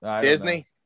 Disney